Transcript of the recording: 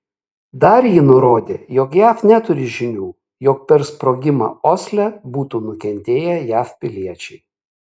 dar ji nurodė jog jav neturi žinių jog per sprogimą osle būtų nukentėję jav piliečiai